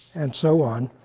and so on.